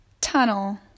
tunnel